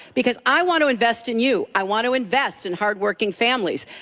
because i want to invest in you, i want to invest in hard working families.